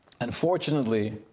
unfortunately